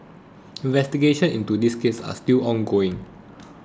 investigations into this case are still ongoing